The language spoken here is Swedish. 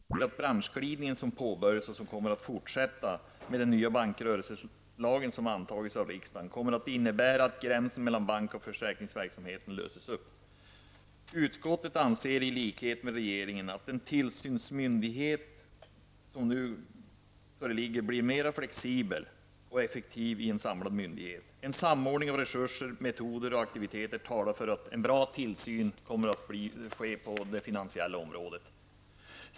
Herr talman! En sammanslagning av bankinspektionen och försäkringsinspektionen till en myndighet som föreslås i en proposition från regeringen får nog ses som en rationell åtgärd. Utskottet tillstyrker förslaget att dessa två myndigheter slås samman under beteckningen ''finansinspektionen,'' även bokföringsnämndens kansli föreslås inordnas under den nya myndigheten. Detta har vi en ganska bred majoritet i utskottet för. Utskottsmajoriteten anser att den branschglidning som påbörjats och som kommer att fortsätta med den nya bankrörelselagen som antagits av riksdagen, kommer att innebära att gränsen mellan bank och försäkringsverksamhet löses upp. Utskottet anser i likhet med regeringen att den nya tillsynsmyndigheten blir mer flexibel och effektiv i en samlad myndighet. En samordning av resurser, metoder och aktiviteter talar för en bra tillsyn på det finansiella området.